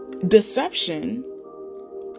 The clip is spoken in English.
deception